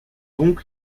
donc